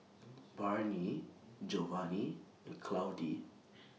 Barney Jovanni and Claudie